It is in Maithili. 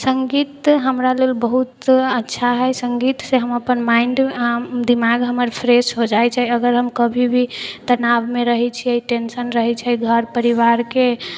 सङ्गीत हमरा लेल बहुत अच्छा हइ सङ्गीतसँ हम अपन माइन्ड दिमाग हमर फ्रेश हो जाइ छै अगर हम कभी भी तनावमे रहै छिए टेन्शन रहै छै घर परिवारके तऽ